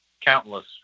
countless